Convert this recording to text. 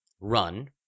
run